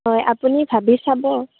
হয় আপুনি ভাবি চাব